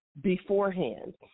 beforehand